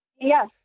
yes